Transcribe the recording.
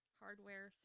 hardware